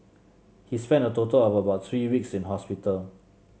he spent a total of about three weeks in hospital